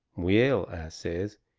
well, i says,